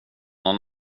någon